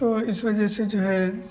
तो इस वजह से जो है